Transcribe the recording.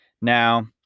Now